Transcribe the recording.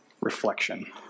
reflection